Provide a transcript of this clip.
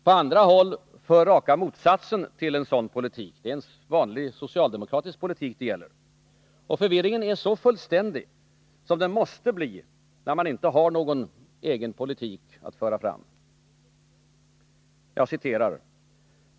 På andra sägs att de är raka motsatsen till en sådan politik — det är en vanlig socialdemokratisk politik det gäller. Förvirringen är så fullständig som den måste bli när man inte har någon egen politik att föra fram.